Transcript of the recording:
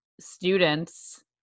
students